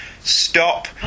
stop